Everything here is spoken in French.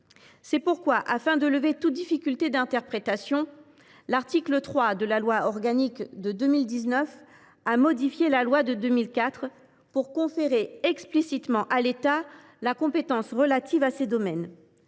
C’est pourquoi, afin de lever toute difficulté d’interprétation, l’article 3 de la loi organique de 2019 a modifié la loi de 2004 pour conférer explicitement à l’État la compétence relative à ces domaines.